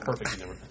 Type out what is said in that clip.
Perfect